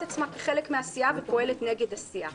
עצמה כחלק מהסיעה ופועלת נגד הסיעה.